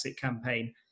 campaign